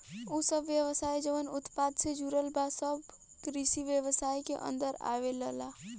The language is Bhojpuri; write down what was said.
उ सब व्यवसाय जवन उत्पादन से जुड़ल बा सब कृषि व्यवसाय के अन्दर आवेलला